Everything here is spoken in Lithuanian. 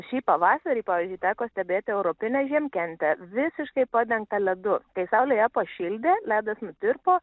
šį pavasarį pavyzdžiui teko stebėti europinę žiemkentę visiškai padengta ledu tai saulėje pašildė ledas nutirpo